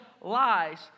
lies